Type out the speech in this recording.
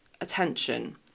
attention